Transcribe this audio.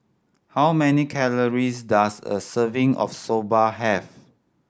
how many calories does a serving of Soba have